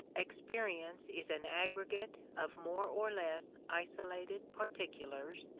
experience is an aggregate of more or less isolated particulars,